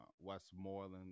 westmoreland